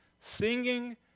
singing